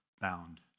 bound